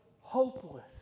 hopeless